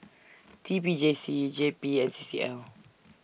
T P J C J P and C C L